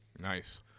Nice